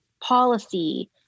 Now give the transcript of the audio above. policy